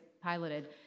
piloted